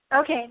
Okay